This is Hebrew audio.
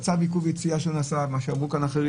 צו עיכוב יציאה שלא נעשה, מה שאמרו כאן אחרים.